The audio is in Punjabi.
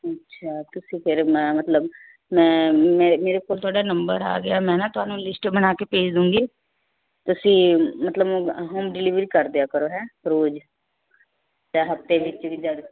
ਅੱਛਾ ਤੁਸੀਂ ਫਿਰ ਮਤਲਬ ਮੈਂ ਮੇਰੇ ਕੋਲ ਤੁਹਾਡਾ ਨੰਬਰ ਆ ਗਿਆ ਮੈਂ ਨਾ ਤੁਹਾਨੂੰ ਲਿਸਟ ਬਣਾ ਕੇ ਭੇਜ ਦਵਾਂਗੀ ਤੁਸੀਂ ਮਤਲਬ ਹੌਮ ਡਿਲੀਵਰੀ ਕਰਦਿਆ ਕਰੋ ਹੈਂ ਰੋਜ਼ ਚਾਹੇ ਹਫ਼ਤੇ ਦੇ ਵਿੱਚ ਵੀ ਜਦ